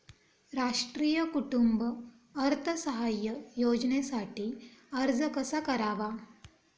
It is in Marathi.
राष्ट्रीय कुटुंब अर्थसहाय्य योजनेसाठी अर्ज कसा करावा?